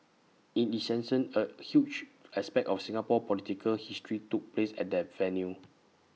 in essence A huge aspect of Singapore's political history took place at that venue